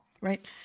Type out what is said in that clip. right